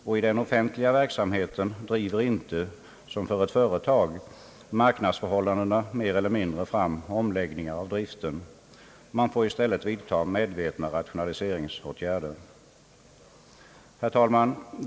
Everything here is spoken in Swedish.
Och i den offentliga verksamheten driver inte — som för ett företag — marknadsförhållandena mer eller mindre fram omläggningar av driften. Man får i stället vidta medvetna rationaliseringsåtgärder. Herr talman!